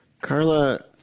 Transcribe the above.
Carla